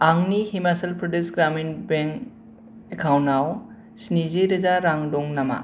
आंनि Himachal Pradesh Gramin bank account आव स्निजि रोजा रां दं नामा